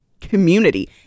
community